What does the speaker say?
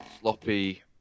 sloppy